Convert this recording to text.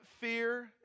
fear